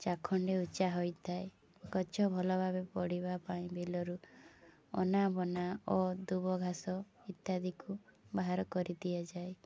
ଚାଖଣ୍ଡେ ଉଚ୍ଚା ହୋଇଥାଏ ଗଛ ଭଲ ଭାବେ ପଡ଼ିବା ପାଇଁ ବିଲରୁ ଅନା ବନା ଓ ଦୁବ ଘାସ ଇତ୍ୟାଦିକୁ ବାହାର କରିଦିଆଯାଏ